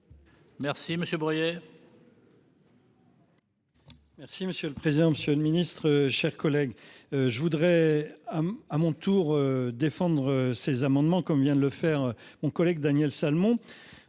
Merci monsieur le président, Monsieur le Ministre, chers collègues, je voudrais. À mon tour défendre ses amendements comme vient de le faire. Mon collègue Daniel Salmon